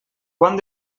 quant